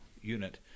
unit